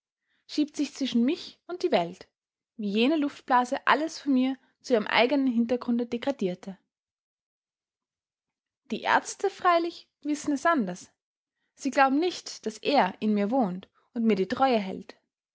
schiebt sich zwischen mich und die welt wie jene luftblase alles vor mir zu ihrem eigenen hintergrunde degradierte die ärzte freilich wissen es anders sie glauben nicht daß er in mir wohnt und mir die treue hält